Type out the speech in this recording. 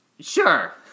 sure